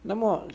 那么